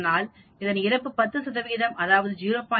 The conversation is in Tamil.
இதனால்இறப்பு 10 சதவிகிதம் அதாவது 0